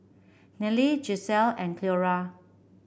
Neely Gisele and Cleora